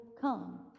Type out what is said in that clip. come